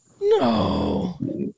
No